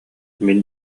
мин